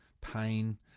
Pain